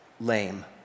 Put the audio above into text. lame